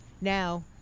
Now